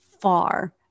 far